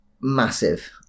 massive